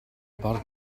mor